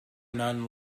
none